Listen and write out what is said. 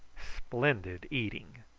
splendid eating.